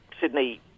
Sydney